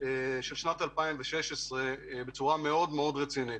של שנת 2016 בצורה רצינית.